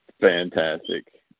Fantastic